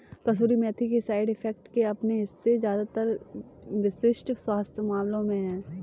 कसूरी मेथी के side effects के अपने हिस्से है ज्यादातर विशिष्ट स्वास्थ्य मामलों में है